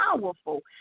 powerful